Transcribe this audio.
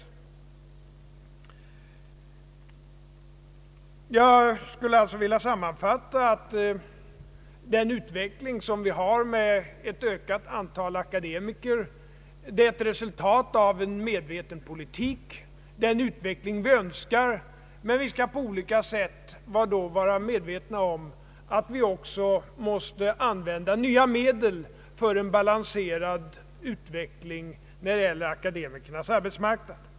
Sammanfattningsvis skulle jag vilja säga att den nuvarande utvecklingen med ett ökat antal akademiker är ett resultat av en medveten politik. Det är den utveckling vi önskar. Men vi måste på olika sätt vara medvetna om att vi då också måste använda nya medel för en balanserad utveckling när det gäller akademikernas arbetsmarknad.